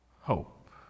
Hope